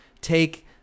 take